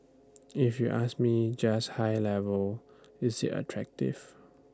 if you ask me just high level is IT attractive